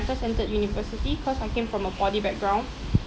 I first entered university cause I came from a poly background